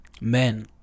men